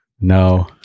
No